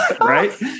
right